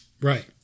Right